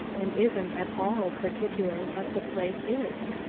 and isn't at all particular what the place is,